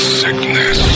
sickness